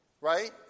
right